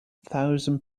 thousand